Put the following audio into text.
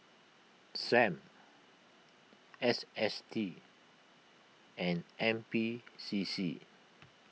Sam S S T and N P C C